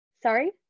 sorry